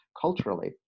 culturally